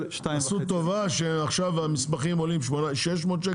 2.5%. עשו טובה שעכשיו המסמכים עולים 600 שקל במקום 1,000 שקל.